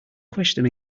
question